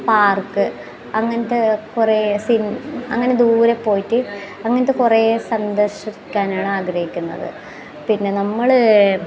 park അങ്ങനത്തെ കുറേ സിൻ അങ്ങനെ ദൂരെ പോയിട്ട് അങ്ങനത്തെ കുറേ സന്ദർശിക്കാനാണ് ആഗ്രഹിക്കുന്നത് പിന്നെ നമ്മൾ